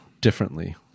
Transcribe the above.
differently